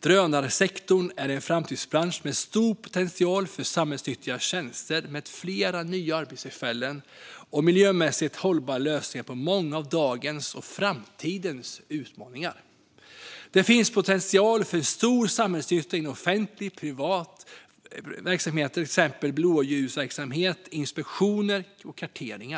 Drönarsektorn är en framtidsbransch med stor potential för samhällsnyttiga tjänster med flera nya arbetstillfällen och miljömässigt hållbara lösningar på många av dagens och framtidens utmaningar. Det finns potential för stor samhällsnytta inom offentliga och privata verksamheter, till exempel blåljusverksamhet, inspektioner och kartering,